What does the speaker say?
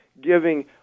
giving